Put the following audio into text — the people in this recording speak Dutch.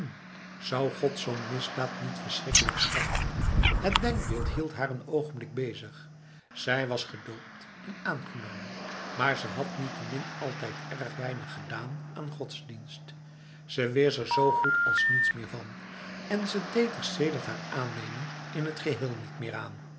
zou god zo'n misdaad niet verschrikkelijk straffen het denkbeeld hield haar n ogenblik bezig zij was gedoopt en aangenomen maar ze had niettemin altijd erg weinig gedaan aan godsdienst ze wist er zo goed als niets meer van en ze deed er sedert haar aanneming in t geheel niet meer aan